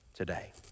Today